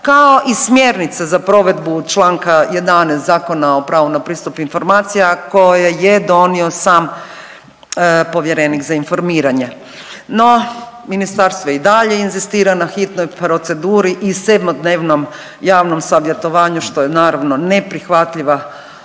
kao i Smjernice za provedbu čl. 11 Zakona o pravu na pristup informacija koje je donio sam povjerenik za informiranje. No, Ministarstvo i dalje inzistira na hitnoj proceduri i 7-dnevnom javnom savjetovanju, što je naravno, neprihvatljiva